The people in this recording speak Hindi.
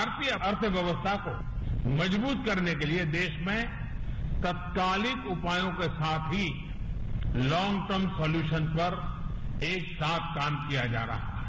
भारतीय अर्थव्यवस्था को मजब्रत करने के लिए देश में तत्कालिक उपायों के साथ ही लॉन्ग टर्म सोल्युशन पर एक साथ काम किया जा रहा है